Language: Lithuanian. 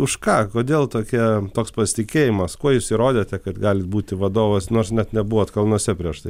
už ką kodėl tokia toks pasitikėjimas kuo jūs įrodėte kad gali būti vadovas nors net nebuvot kalnuose prieš tai